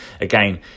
again